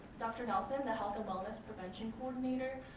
dr. nelson, the health and wellness prevention coordinator,